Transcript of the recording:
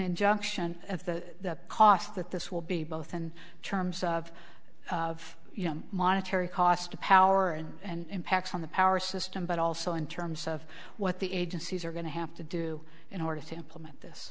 injunction at the cost that this will be both in terms of of monetary cost to power and and impacts on the power system but also in terms of what the agencies are going to have to do in order to implement this